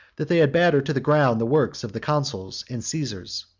that they had battered to the ground the works of the consuls and caesars.